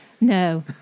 no